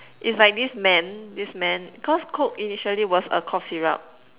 it's like this man this man cause coke initially was a cough syrup